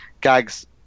Gags